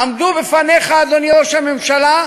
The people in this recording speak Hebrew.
עמדו בפניך, אדוני ראש הממשלה,